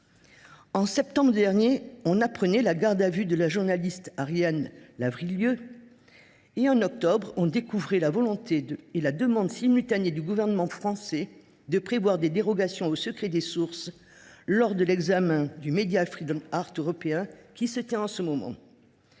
En septembre dernier, on apprenait la garde à vue de la journaliste Ariane Lavrilleux. En octobre, on découvrait la volonté et la demande simultanée du Gouvernement français de prévoir des dérogations au secret des sources lors de l’examen du européen, qui se tient en ce moment.